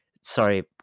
Sorry